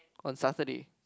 on Saturday